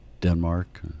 Denmark